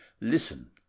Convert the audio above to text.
listen